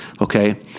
okay